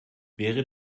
wäre